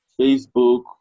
Facebook